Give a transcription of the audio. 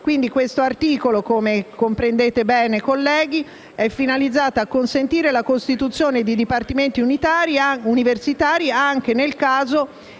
Questo articolo, come comprendete bene, colleghi, è finalizzato a consentire la costituzione di dipartimenti universitari anche nel caso